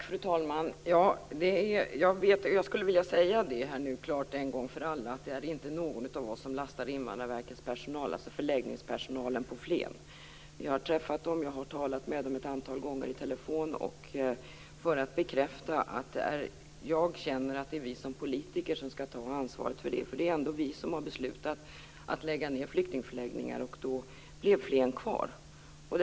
Fru talman! Jag skulle en gång för alla klart vilja säga att ingen av oss lastar Invandrarverkets personal, alltså förläggningspersonalen i Flen. Jag har träffat de personerna och har talat med dem ett antal gånger på telefon för att bekräfta att jag känner att det är vi politiker som skall ta ansvaret för det. Det är ju ändå vi som har beslutat om att lägga ned flyktingförläggningar, och då blev förläggningen i Flen kvar.